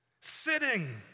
Sitting